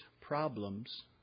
problems